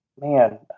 man